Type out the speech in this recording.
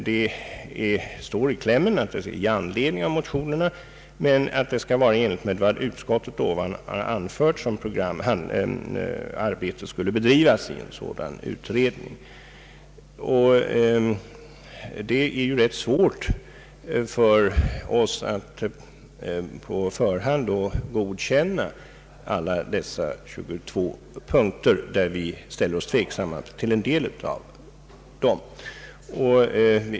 Det står i klämmen att i anledning av motionerna, men i enlighet med vad utskottet ovan anfört, skall arbetet bedrivas i en sådan utredning. Det är då rätt svårt för oss att på förhand godkänna alla dessa 22 punkter, när vi ställer oss tveksamma till en del av dem.